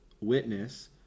witness